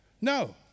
No